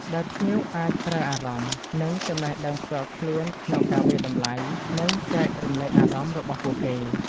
ដែលភ្ញៀវអាចប្រើអារម្មណ៍ និងចំណេះដឹងផ្ទាល់ខ្លួនក្នុងការវាយតម្លៃ និងចែករំលែកអារម្មណ៍របស់ពួកគេ។